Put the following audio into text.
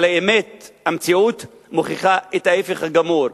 אבל האמת, המציאות, מוכיחה את ההיפך הגמור.